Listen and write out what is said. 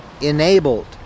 enabled